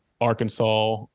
Arkansas